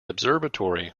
observatory